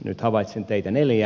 nyt havaitsen teitä neljä